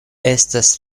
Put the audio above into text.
estas